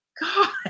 God